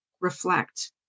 reflect